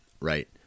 Right